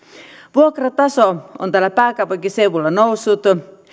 vuokrataso on täällä pääkaupunkiseudulla noussut